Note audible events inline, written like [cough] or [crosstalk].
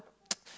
[noise]